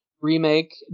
remake